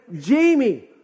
Jamie